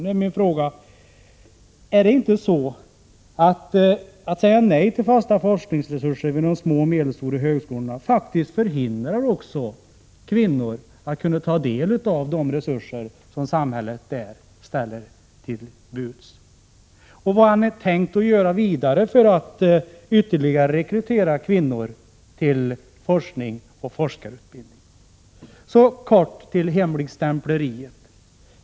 Nu är min fråga: Är det inte så att ett nej till fasta forskningsresurser vid de små och medelstora högskolorna faktiskt hindrar kvinnor att ta del av de resurser som samhället där ställer till förfogande? Vad har ni tänkt att göra vidare för att rekrytera ytterligare kvinnor till forskning och forskarutbildning? Så kortfattat till hemligstämpleriet.